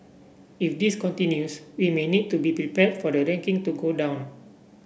if this continues we may need to be prepared for the ranking to go down